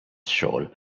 xogħol